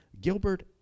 Gilbert